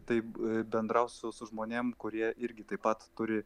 taip bendrau su su žmonėm kurie irgi taip pat turi